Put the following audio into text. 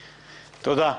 תודה.